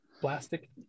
plastic